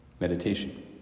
meditation